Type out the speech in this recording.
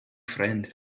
friend